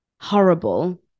horrible